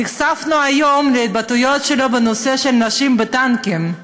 נחשפנו היום להתבטאויות שלו בנושא של נשים בטנקים.